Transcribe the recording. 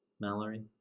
Mallory